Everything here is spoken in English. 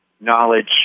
knowledge